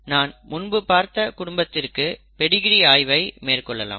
நாம் முன்பு பார்த்த குடும்பத்திற்கு பெடிகிரி ஆய்வை மேற்கொள்ளலாம்